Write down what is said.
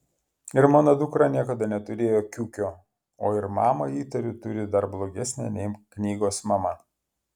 ir mano dukra niekada neturėjo kiukio o ir mamą įtariu turi dar blogesnę nei knygos mama